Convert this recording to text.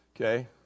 Okay